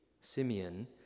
Simeon